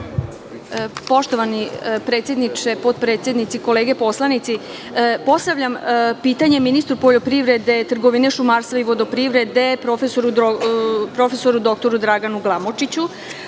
Poštovani predsedniče, potpredsednici, kolege poslanici, postavljam pitanje ministru poljoprivrede, trgovine, šumarstva i vodoprivrede, profesoru dr Draganu Glamočiću,